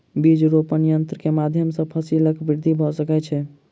बीज रोपण यन्त्र के माध्यम सॅ फसीलक वृद्धि भ सकै छै